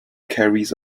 carries